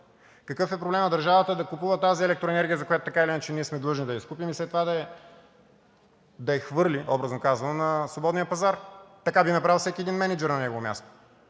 Какъв е проблемът държавата да купува тази електроенергия, която така или иначе ние сме длъжни да я изкупим и след това да я хвърлим образно казано на свободния пазар. Така би направил всеки един мениджър на негово място,